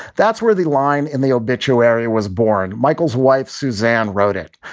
that's where the line in the obituary was born. michael's wife, suzanne, wrote it,